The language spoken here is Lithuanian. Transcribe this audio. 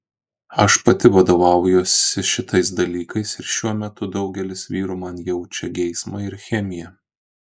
aš pati vadovaujuosi šitais dalykais ir šiuo metu daugelis vyrų man jaučia geismą ir chemiją